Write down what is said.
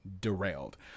derailed